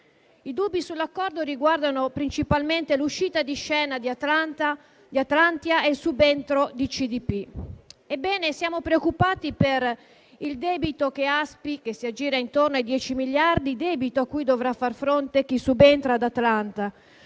I dubbi sull'accordo riguardano principalmente l'uscita di scena di Atlantia e il subentro di Cassa depositi e prestiti. Siamo preoccupati per il debito di Aspi, che si aggira intorno ai 10 miliardi di euro, cui dovrà far fronte chi subentra ad Atlantia,